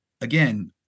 again